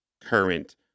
current